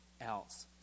else